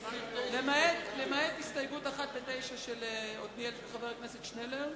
למעט הסתייגות אחת בסעיף 9, של חבר הכנסת שנלר.